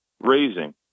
raising